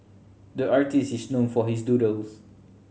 the artist is known for his doodles